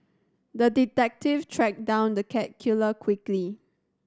the detective tracked down the cat killer quickly